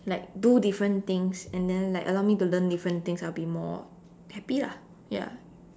like do different things and then like allow me to learn different things I'll be more happy lah ya